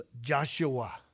Joshua